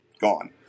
gone